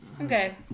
Okay